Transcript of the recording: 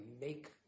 make